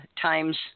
times